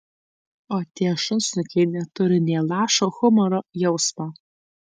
o tie šunsnukiai neturi nė lašo humoro jausmo